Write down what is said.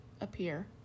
appear